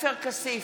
עופר כסיף,